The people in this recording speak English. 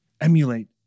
emulate